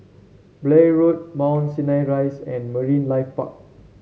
Blair Road Mount Sinai Rise and Marine Life Park